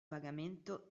pagamento